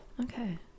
okay